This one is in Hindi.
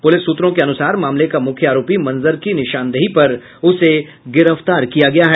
पुलिस सूत्रों के अनुसार मामले का मुख्य आरोपी मंजर की निशानदेही पर उसे गिरफ्तार किया गया है